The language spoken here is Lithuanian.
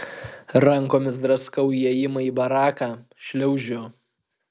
rankomis draskau įėjimą į baraką šliaužiu